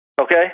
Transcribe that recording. okay